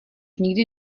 nikdy